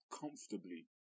comfortably